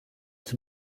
its